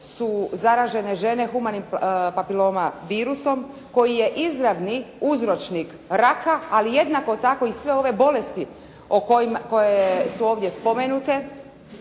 su zaražene žene «Humanim papiloma virusom» koji je izravni uzročnik raka ali jednako tako i sve ove bolesti o kojima, koje su ovdje spomenute,